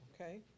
okay